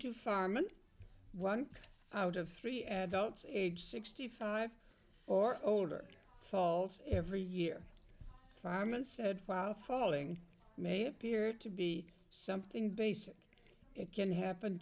to firemen one out of three adults age sixty five or older falls every year fireman said while falling may appear to be something basic it can happen